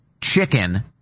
chicken